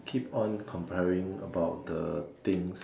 keep on comparing about the things